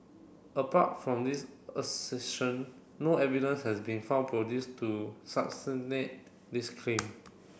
apart from this assertion no evidence has been found produced to this claim